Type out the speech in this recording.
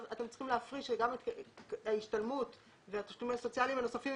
אתם צריכים להפריש גם את קרן ההשתלמות והתשלומים הסוציאליים הנוספים,